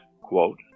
quote